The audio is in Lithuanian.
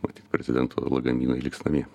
matyt prezidento lagaminai liks namie